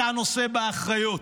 אתה נושא באחריות.